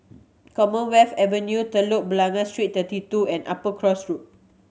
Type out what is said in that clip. Commonwealth Avenue Telok Blangah Street Thirty Two and Upper Cross Road